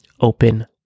Open